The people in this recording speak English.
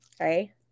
okay